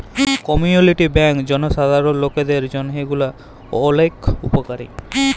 community bank জলসাধারল লকদের জন্হে গুলা ওলেক উপকারী